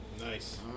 Nice